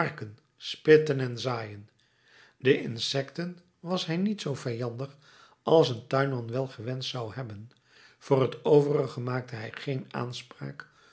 spitten en zaaien den insekten was hij niet zoo vijandig als een tuinman wel gewenscht zou hebben voor t overige maakte hij geen aanspraak